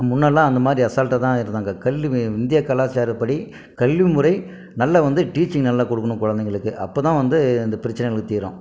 முன்னெல்லாம் அந்த மாதிரி அசால்ட்டாக தான் இருந்தாங்க கல்வி இந்தியக் கலாச்சாரப்படி கல்விமுறை நல்ல வந்து டீச்சிங் நல்ல கொடுக்கணும் குழந்தைங்களுக்கு அப்போ தான் வந்து இந்த பிரச்சினைகள் தீரும்